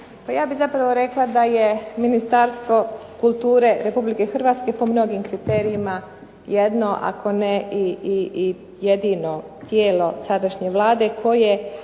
Pa ja bih zapravo rekla da je Ministarstvo kulture Republike Hrvatske po mnogim kriterijima jedno, ako ne i jedino tijelo sadašnje Vlade koje